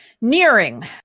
nearing